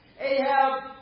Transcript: Ahab